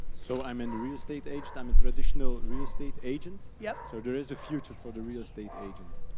so i'm in the real estate aged. i'm a and traditional real estate agent. yep. so there is a future for the real estate agent?